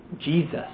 Jesus